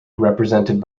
represented